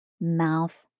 mouth